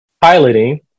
piloting